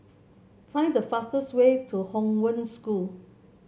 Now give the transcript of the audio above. find the fastest way to Hong Wen School